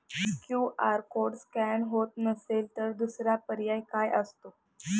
QR code scan होत नसेल तर दुसरा पर्याय काय असतो?